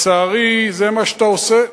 לצערי, זה מה שאתה עושה,